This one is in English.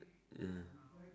ya